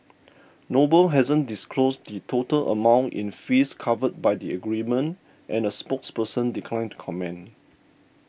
Noble hasn't disclosed the total amount in fees covered by the agreement and a spokesperson declined to comment